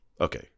okay